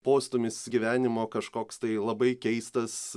postūmis gyvenimo kažkoks tai labai keistas